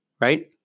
right